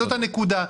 זאת הנקודה.